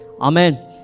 Amen